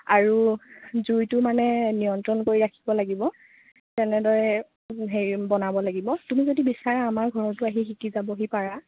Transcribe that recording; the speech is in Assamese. আৰু জুঁইটো মানে নিয়ন্ত্ৰণ কৰি ৰাখিব লাগিব তেনেদৰে হেৰি বনাব লাগিব তুমি যদি বিছাৰা আমাৰ ঘৰতো আহি শিকি যাবহি পাৰা